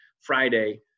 Friday